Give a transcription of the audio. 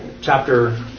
chapter